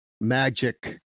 magic